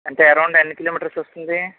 అంటే ఎరౌండ్ ఎన్ని కిలోమీటర్స్ వస్తుంది